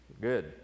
Good